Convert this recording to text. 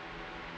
um